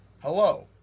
Hello